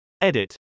edit